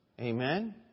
Amen